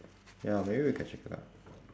ya maybe we can check it out